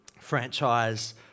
franchise